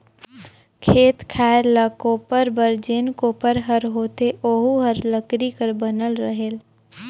खेत खायर ल कोपरे बर जेन कोपर हर होथे ओहू हर लकरी कर बनल रहेल